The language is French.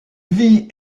vit